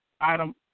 item